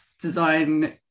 design